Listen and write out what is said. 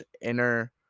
inner